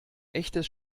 echtes